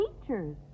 teachers